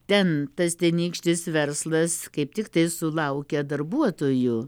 ten tas tenykštis verslas kaip tiktai sulaukia darbuotojų